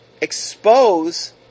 expose